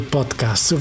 Podcast